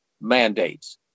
mandates